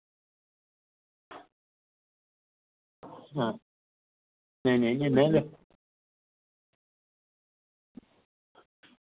नेईं नेईं इ'यां